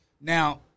Now